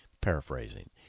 paraphrasing